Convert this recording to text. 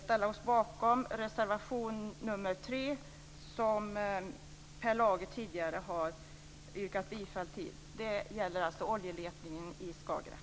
Den reservationen har Per Lager yrkat bifall till, och den gäller oljeletningen i Skagerrak.